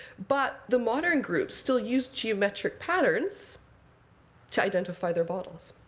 but the modern groups still use geometric patterns to identify their bottles,